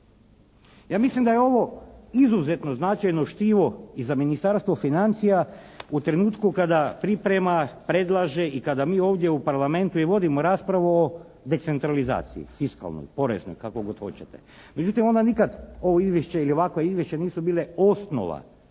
Ja mislim da je ovo izuzetno značajno štivo i za Ministarstvo financija u trenutku kada priprema, predlaže i kada mi ovdje u Parlamentu i vodimo raspravu o decentralizaciji fiskalnoj, poreznoj, kako god hoćete. Međutim, onda nikad ovo izvješće ili ovakvo izvješće nisu bile osnova